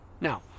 Now